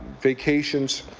vacations,